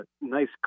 nice